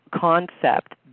concept